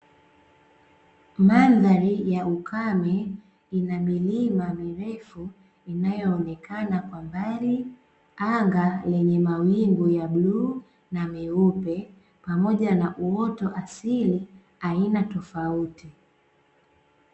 Mandhari ya ukame ina milima mirefu inayo onekana kwa mbali, anga lenye mawingu ya bluu na meupe pamoja na uoto asili aina tofauti.